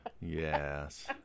Yes